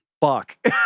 Fuck